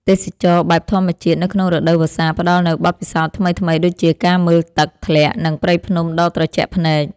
ទេសចរណ៍បែបធម្មជាតិនៅក្នុងរដូវវស្សាផ្តល់នូវបទពិសោធន៍ថ្មីៗដូចជាការមើលទឹកធ្លាក់ និងព្រៃភ្នំដ៏ត្រជាក់ភ្នែក។